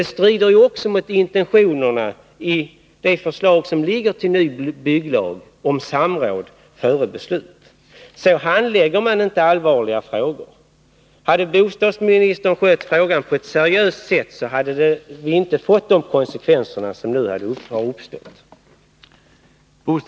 Det strider också mot intentionerna i förslaget till ny bygglag om samråd före beslut. Så handlägger man inte allvarliga frågor. Hade bostadsministern skött frågan på ett seriöst sätt, hade vi inte fått de konsekvenser som nu har uppstått.